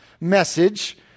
message